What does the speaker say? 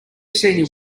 senior